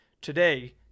today